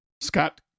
Scott